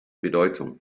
bedeutung